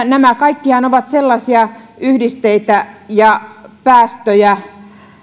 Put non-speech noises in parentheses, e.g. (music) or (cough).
(unintelligible) nämä kaikkiaan ovat sellaisia yhdisteitä ja päästöjä